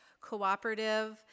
cooperative